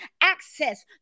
access